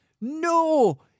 No